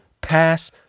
pass